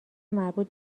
مربوط